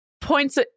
points